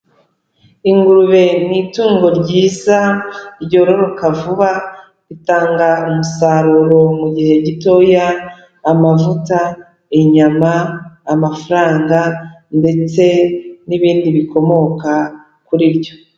Ingurube ni itungo ryiza, ryororoka vuba, ritanga umusaruro mu gihe gitoya, amavuta, inyama, amafaranga ndetse n'ibindi bikomoka kuri ryo.